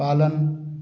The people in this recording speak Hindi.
पालन